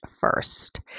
first